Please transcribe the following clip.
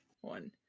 one